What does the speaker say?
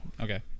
Okay